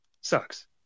sucks